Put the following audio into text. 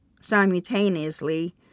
simultaneously